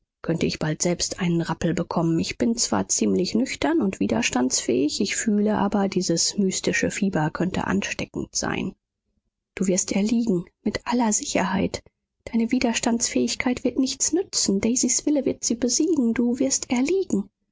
könnte ich bald selbst einen rappel bekommen ich bin zwar ziemlich nüchtern und widerstandsfähig ich fühle aber dieses mystische fieber könnte ansteckend sein du wirst erliegen mit aller sicherheit deine widerstandsfähigkeit wird nichts nützen daisys wille wird sie besiegen du wirst erliegen